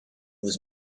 was